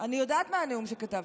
אני יודעת מה הנאום שכתבתי.